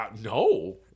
No